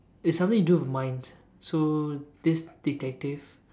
it's something to do with minds so this detective